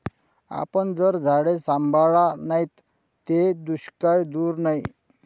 आपन जर झाडे सांभाळा नैत ते दुष्काळ दूर नै